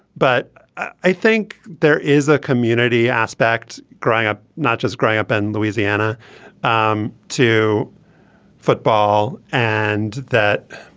but i think there is a community aspect growing up not just growing up in louisiana um to football and that.